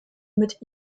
mit